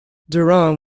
durant